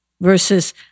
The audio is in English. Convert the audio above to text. Versus